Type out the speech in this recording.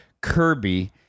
Kirby